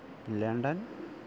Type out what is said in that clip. London